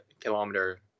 kilometer